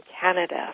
Canada